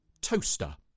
Toaster